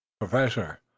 Professor